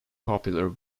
popular